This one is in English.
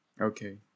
Okay